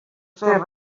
fer